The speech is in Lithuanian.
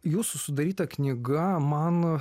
jūsų sudaryta knyga man